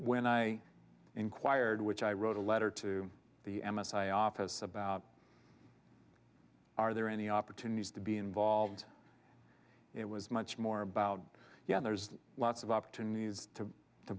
when i inquired which i wrote a letter to the m s i office about are there any opportunities to be involved it was much more about yeah there's lots of opportunities to to